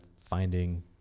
finding